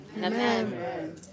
Amen